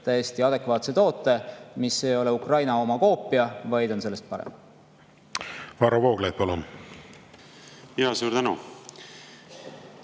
täiesti adekvaatse toote, mis ei ole Ukraina oma koopia, vaid on sellest parem.